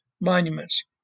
monuments